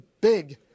big